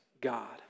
God